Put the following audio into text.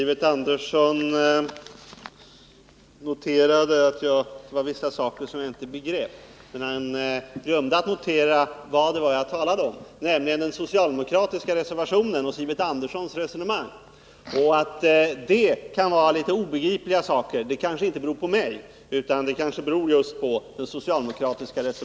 Herr talman! Sivert Andersson konstaterade att jag inte begrep vissa saker men glömde att notera vad jag uttalade mig om, nämligen den socialdemokratiska reservationen och Sivert Anderssons resonemang. Att jag finner den reservationen och det resonemanget vara mer eller mindre obegripliga beror nog inte på mig.